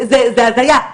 זה הזיה.